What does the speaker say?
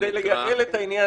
כדי לגלגל את העניין,